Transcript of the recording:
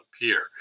appear